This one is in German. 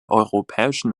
europäischen